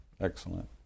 Excellent